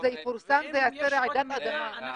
וכשזה יפורסם זה יעשה רעידת אדמה.